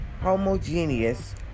homogeneous